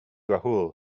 rahul